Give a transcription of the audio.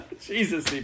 Jesus